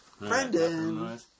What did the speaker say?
Brendan